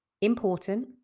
important